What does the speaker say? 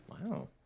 Wow